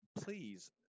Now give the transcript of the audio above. please